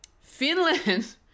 Finland